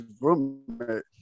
roommate